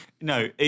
No